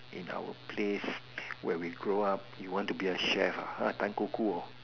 in our place where we grow up you want to be a chef ah